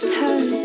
turn